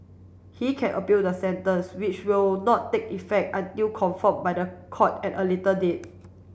he can appeal the sentence which will not take effect until confirm by the court at a later date